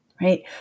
right